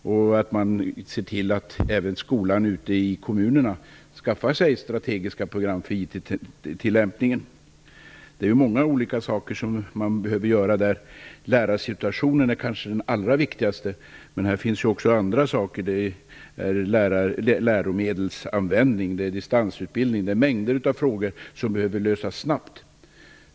Man bör även se till att skolorna ute i kommunerna skaffar sig strategiska program för IT-tillämpningen. Man behöver där göra många olika saker. Lärarsituationen är kanske den allra viktigaste faktorn, men också läromedelsanvändning, distansutbildning och mängder av andra frågor behöver få en snabb lösning.